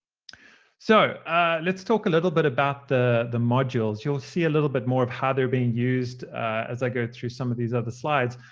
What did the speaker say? so let's talk a little bit about the the modules. you'll see a little bit more of how they're being used as i go through some of these other slides.